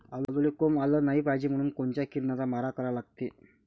आलूले कोंब आलं नाई पायजे म्हनून कोनच्या किरनाचा मारा करा लागते?